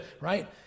Right